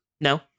No